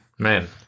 Man